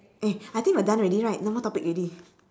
eh I think we're done already right no more topic already